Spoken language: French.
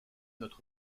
notre